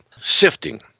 sifting